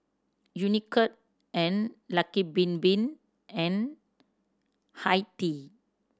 Unicurd and Lucky Bin Bin and Hi Tea